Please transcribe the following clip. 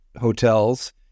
hotels